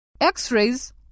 X-rays